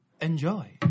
enjoy